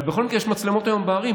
אבל בכל מקרה, יש היום מצלמות בערים.